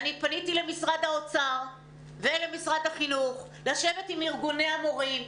פניתי למשרד האוצר ולמשרד החינוך לשבת עם ארגוני המורים,